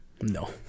No